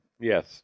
Yes